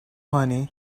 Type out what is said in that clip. honey